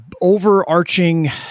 overarching